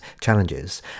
challenges